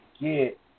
get